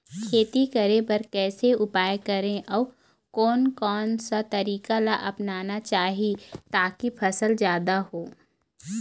खेती करें बर कैसे उपाय करें अउ कोन कौन सा तरीका ला अपनाना चाही ताकि फसल जादा हो?